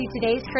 today's